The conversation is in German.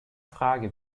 frage